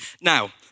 Now